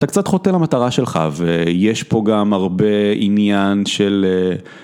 אתה קצת חוטא למטרה שלך ויש פה גם הרבה עניין של...